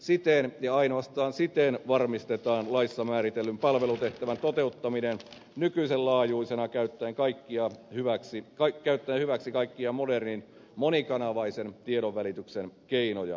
siten ja ainoastaan siten varmistetaan laissa määritellyn palvelutehtävän toteuttaminen nykyisen laajuisena käyttäen hyväksi kaikkia modernin monikanavaisen tiedonvälityksen keinoja